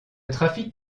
trafic